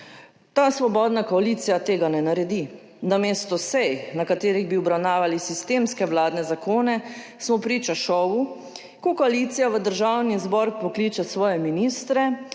Ta svobodna koalicija tega ne naredi. Namesto sej na katerih bi obravnavali sistemske vladne zakone smo priča šovu, ko koalicija v Državni zbor pokliče svoje ministre